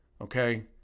okay